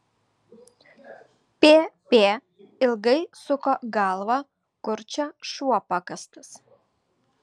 pp ilgai suko galvą kur čia šuo pakastas